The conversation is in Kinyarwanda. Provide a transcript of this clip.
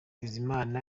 bizimana